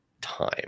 time